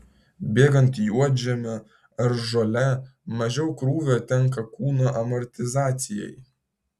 bėgant juodžemiu ar žole mažiau krūvio tenka kūno amortizacijai